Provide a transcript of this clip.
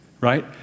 Right